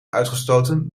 uitgestoten